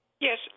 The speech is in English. Yes